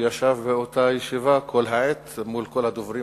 שישב באותה הישיבה כל העת מול כל הדוברים,